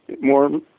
more